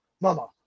mama